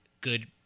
good